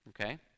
okay